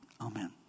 Amen